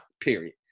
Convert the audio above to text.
period